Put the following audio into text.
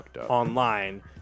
online